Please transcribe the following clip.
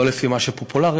לא לפי מה שפופולרי,